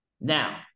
Now